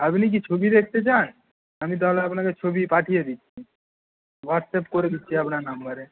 আপনি কি ছবি দেখতে চান আমি তাহলে আপনাকে ছবি পাঠিয়ে দিচ্ছি হোয়াটসঅ্যাপ করে দিচ্ছি আপনার নাম্বারে